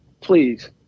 please